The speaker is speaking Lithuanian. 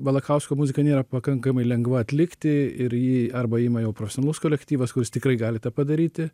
balakausko muzika nėra pakankamai lengva atlikti ir jį arba ima jau profesionalus kolektyvas kuris tikrai gali tą padaryti